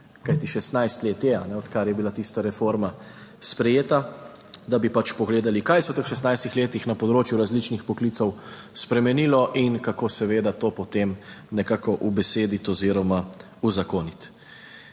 Kajti 16 let je, odkar je bila tista reforma sprejeta, da bi pač pogledali kaj se je v teh 16 letih na področju različnih poklicev spremenilo in kako seveda to potem nekako ubesediti oziroma uzakoniti.